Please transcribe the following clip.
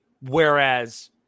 Whereas